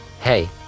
hey